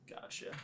Gotcha